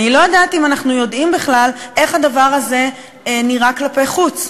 אני לא יודעת אם אנחנו יודעים בכלל איך הדבר הזה נראה כלפי חוץ.